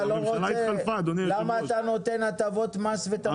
אם אתה לא רוצה למה אתה נותן הטבות מס ותמריצים?